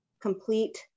complete